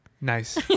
Nice